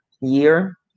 year